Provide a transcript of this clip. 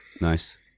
Nice